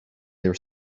their